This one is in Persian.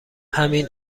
همین